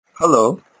Hello